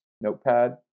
notepad